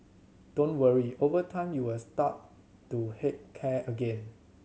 don't worry over time you will start to heck care again